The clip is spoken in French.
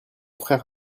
frère